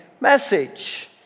message